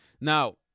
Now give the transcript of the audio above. Now